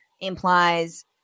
implies